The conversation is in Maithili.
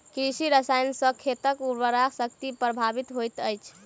कृषि रसायन सॅ खेतक उर्वरा शक्ति प्रभावित होइत अछि